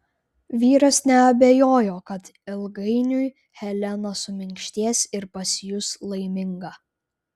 vyras neabejojo kad ilgainiui helena suminkštės ir pasijus laiminga